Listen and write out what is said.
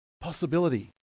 possibility